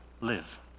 live